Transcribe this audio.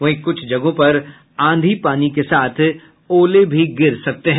वहीं कुछ जगहों पर आंधी पानी के साथ ओले भी गिर सकते हैं